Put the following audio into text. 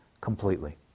completely